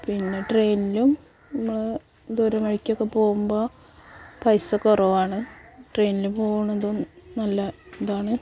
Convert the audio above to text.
പിന്നെ ട്രെയിനിനും നമ്മൾ ഇപ്പോൾ ഒരു വഴിക്കൊക്കെ പോകുമ്പോൾ പൈസ കുറവാണ് ട്രെയിനില് പോകുന്നതും നല്ല ഇതാണ്